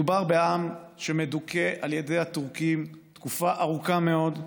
מדובר בעם שמדוכא על ידי הטורקים תקופה ארוכה מאוד,